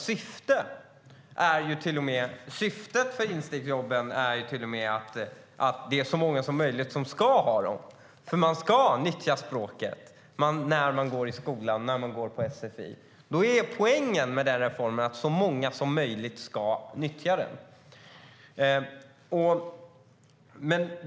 Syftet med instegsjobben är till och med att så många som möjligt ska ha dem, för man ska nyttja språket när man går i skolan och på sfi. Poängen med den reformen är att så många som möjligt ska nyttja den.